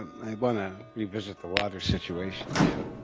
i wanna revisit the water situation again.